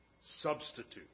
substitute